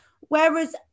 Whereas